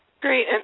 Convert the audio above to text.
Great